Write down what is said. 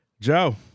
Joe